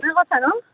কোনে কৈছেনো